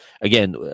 again